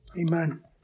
Amen